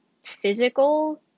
physical